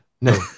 No